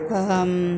अहम्